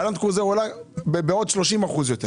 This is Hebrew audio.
הלנדקרוזר עולה בעוד 30% יותר.